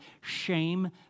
shame